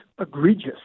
egregious